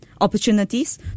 opportunities